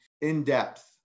in-depth